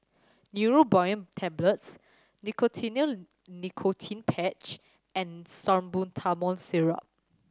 Neurobion Tablets Nicotinell Nicotine Patch and Salbutamol Syrup